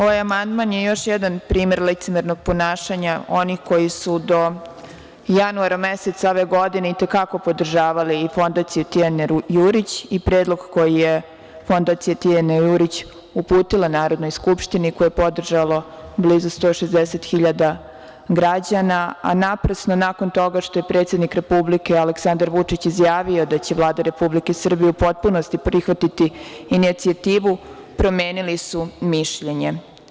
Ovaj amandman je još jedan primer licemernog ponašanja onih koji su do januara meseca ove godine i te kako podržavali fondaciju Tijane Jurić i predlog koji je fondacija Tijane Jurić uputila Narodnoj skupštini, koju je podržalo blizu 160 hiljada građana, a naprasno nakon toga što je predsednik Republike, Aleksandar Vučić, izjavio da će Vlada Republike Srbije u potpunosti prihvatiti inicijativu, promenili su mišljenje.